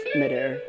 midair